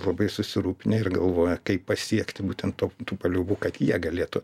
labai susirūpinę ir galvoja kaip pasiekti būtent to tų paliaubų kad jie galėtų